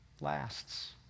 lasts